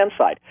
side